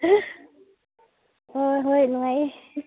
ꯍꯣꯏ ꯍꯣꯏ ꯅꯨꯡꯉꯥꯏꯌꯦ